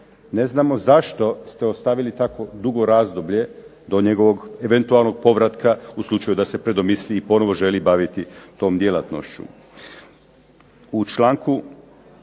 Ne znamo zašto ste ostavili tako dugo razdoblje do njegovog eventualnog povratka u slučaju da se predomisli i ponovo želi baviti tom djelatnošću.